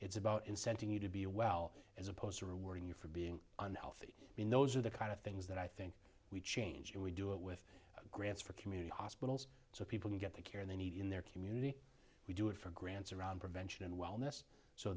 it's about incenting you to be a well as opposed to rewarding you for being unhealthy i mean those are the kind of things that i think we change and we do it with grants for community hospitals so people can get the care they need in their community we do it for grants around prevention and wellness so